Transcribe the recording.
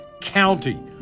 County